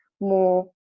more